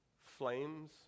flames